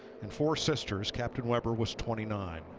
and four sisters. captain weber was twenty nine.